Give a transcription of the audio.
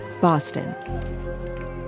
Boston